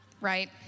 right